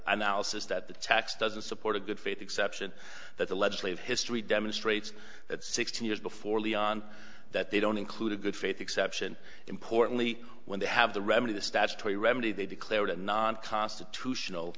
analysis that the tax doesn't support a good faith exception that the legislative history demonstrates that sixteen years before leon that they don't include a good faith exception importantly when they have the remedy the statutory remedy they declared a non constitutional